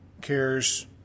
cares